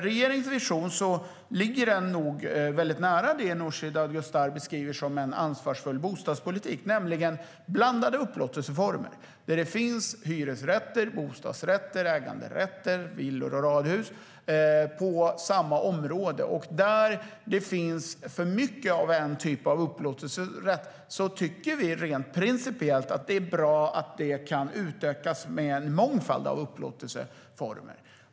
Regeringens vision ligger nog väldigt nära det Nooshi Dadgostar beskriver som en ansvarsfull bostadspolitik, nämligen blandade upplåtelseformer. Det ska finnas hyresrätter, bostadsrätter, äganderätter, villor och radhus på samma område. Där det finns för mycket av en typ av upplåtelserätt tycker vi rent principiellt att det är bra att det kan utökas med en mångfald av upplåtelseformer.